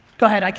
go ahead, like